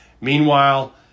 Meanwhile